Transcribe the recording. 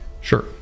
Sure